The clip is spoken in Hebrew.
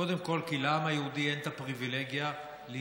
קודם כול כי לעם היהודי אין את הפריבילגיה להתפלג,